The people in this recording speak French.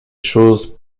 choses